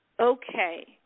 Okay